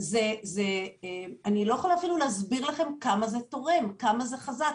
אני לא יכולה אפילו להסביר לכם כמה זה תורם ומחזק.